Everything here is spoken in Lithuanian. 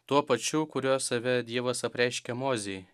tuo pačiu kuriuo save dievas apreiškė mozei